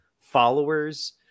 followers